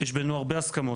יש בינינו הרבה הסכמות.